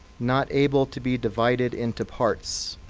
not able to be divided into parts.